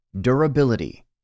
Durability